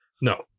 no